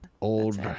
Old